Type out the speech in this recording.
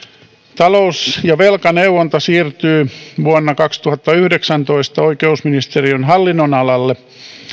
talous ja velkaneuvonta siirtyy vuonna kaksituhattayhdeksäntoista oikeusministeriön hallinnonalalle